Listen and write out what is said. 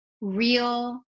real